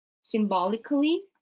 Symbolically